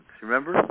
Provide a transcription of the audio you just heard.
remember